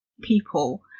people